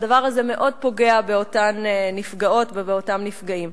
והדבר הזה מאוד פוגע באותן נפגעות ובאותם נפגעים.